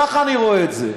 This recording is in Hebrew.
ככה אני רואה את זה,